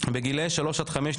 בגילאי שלוש עד חמש,